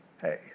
hey